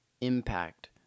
impact